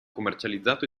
commercializzato